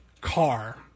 car